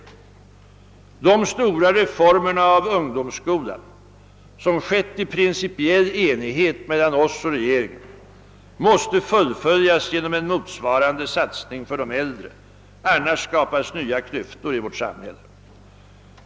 De stora reformerna av ungdomsskolan, som skett i principiell enighet mellan oss och regeringspartiet, måste fullföljas genom en motsvarande satsning för de äldre. Annars skapas nya klyftor i vårt samhälle.